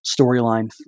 storyline